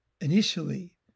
initially